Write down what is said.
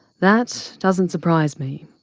that doesn't surprise me.